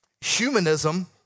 humanism